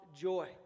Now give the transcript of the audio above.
joy